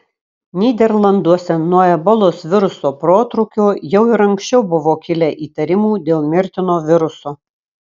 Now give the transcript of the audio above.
nyderlanduose nuo ebolos viruso protrūkio jau ir anksčiau buvo kilę įtarimų dėl mirtino viruso